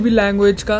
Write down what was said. language